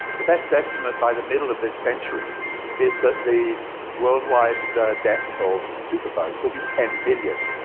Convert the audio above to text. the best estimate by the middle of this century is that the worldwide death toll from superbugs will be ten million.